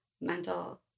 mental